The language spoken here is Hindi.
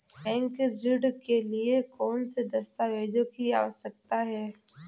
बैंक ऋण के लिए कौन से दस्तावेजों की आवश्यकता है?